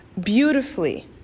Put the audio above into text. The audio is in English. beautifully